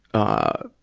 ah,